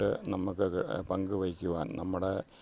നമുക്കത് പങ്ക് വെക്കുവാൻ നമ്മുടെ